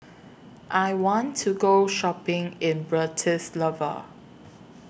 I want to Go Shopping in Bratislava